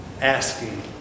asking